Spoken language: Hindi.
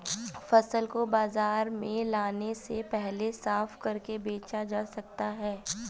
फसल को बाजार में लाने से पहले साफ करके बेचा जा सकता है?